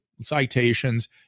citations